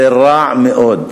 זה רע מאוד,